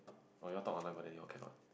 !wow! you all talk online but you all cannot